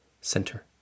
center